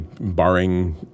Barring